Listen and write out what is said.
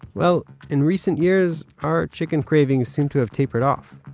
well, in recent years, our chicken cravings seem to have tapered off.